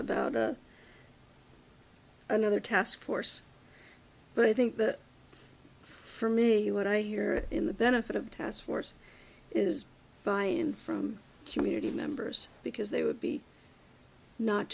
about another task force but i think that for me what i hear in the benefit of task force is buy in from community members because they would be not